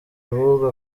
ahubwo